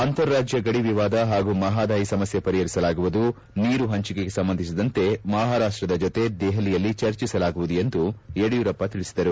ಅಂತಾರಾಜ್ಯ ಗಡಿ ವಿವಾದ ಹಾಗೂ ಮಹದಾಯಿ ಸಮಸ್ಯೆ ಪರಿಪರಿಸಲಾಗುವುದು ನೀರು ಪಂಚಿಕೆಗೆ ಸಂಬಂಧಿಸಿದಂತೆ ಮಹಾರಾಷ್ಟದ ಜತೆ ದೆಹಲಿಯಲ್ಲಿ ಚರ್ಚಿಸಲಾಗುವುದು ಎಂದು ಯಡಿಯೂರಪ್ಪ ತಿಳಿಸಿದರು